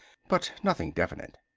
but nothing definite.